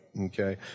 Okay